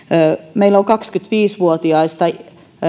meillä on kaksikymmentäviisi vuotiaista